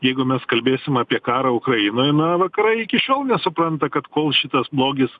jeigu mes kalbėsim apie karą ukrainoj na vakarai iki šiol nesupranta kad kol šitas blogis